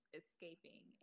escaping